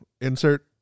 insert